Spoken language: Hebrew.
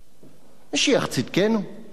משיח צדקנו, מישהו.